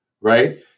right